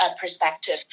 perspective